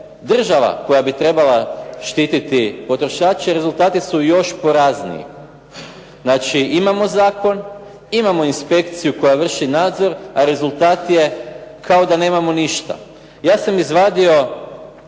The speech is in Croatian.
država koja bi trebala štititi potrošače, rezultati su još porazniji. Znači, imamo zakon, imamo inspekciju koja vrši nadzor, a rezultat je kao da nemamo ništa. Ja sam izvadio